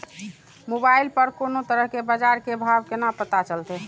Mobile पर कोनो तरह के बाजार के भाव केना पता चलते?